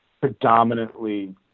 predominantly